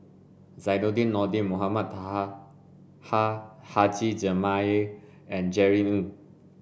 Zainudin Nordin Mohamed Taha Ha Haji Jamil and Jerry Ng